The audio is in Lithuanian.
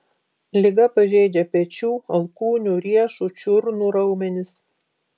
liga pažeidžia pečių alkūnių riešų čiurnų raumenis